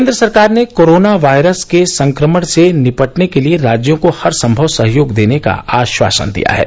केन्द्र सरकार ने कोरोना वायरस के संक्रमण से निपटने के लिए राज्यों को हर सम्भव सहयोग देने का आश्वासन दियाहै